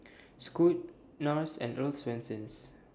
Scoot Nars and Earl's Swensens